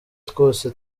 twose